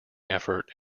effort